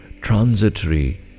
transitory